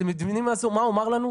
אתם מבינים מה הוא אמר לנו?